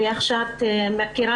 כפי שאת מכירה,